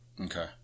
Okay